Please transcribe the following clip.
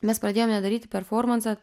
mes pradėjome daryti performansą